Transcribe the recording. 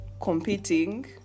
competing